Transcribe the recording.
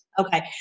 Okay